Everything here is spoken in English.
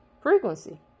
frequency